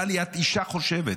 טלי, את אישה חושבת.